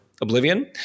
Oblivion